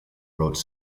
wrote